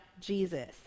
Jesus